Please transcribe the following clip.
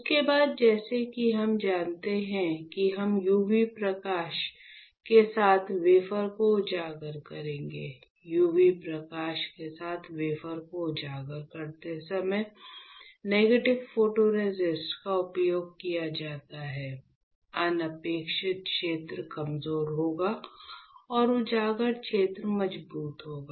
उसके बाद जैसा कि हम जानते हैं कि हम यूवी प्रकाश के साथ वेफर को उजागर करेंगे यूवी प्रकाश के साथ वेफर को उजागर करते समय नेगेटिव फोटोरेसिस्ट का उपयोग किया जाता है अनपेक्षित क्षेत्र कमजोर होगा और उजागर क्षेत्र मजबूत होगा